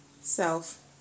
self